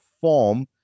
form